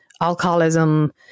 Alcoholism